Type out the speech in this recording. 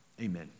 Amen